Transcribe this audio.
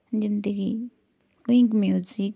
ଯେମିତିକି wink music